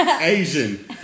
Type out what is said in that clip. Asian